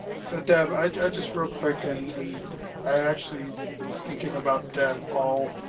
so deb, i just real quick, and and i actually was thinking about deb all